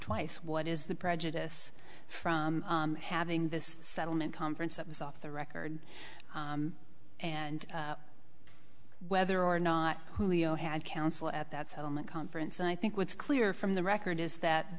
twice what is the prejudice from having this settlement conference that was off the record and whether or not julio had counsel at that settlement conference and i think what's clear from the record is that